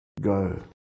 Go